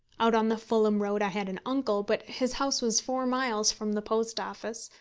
out on the fulham road i had an uncle, but his house was four miles from the post office,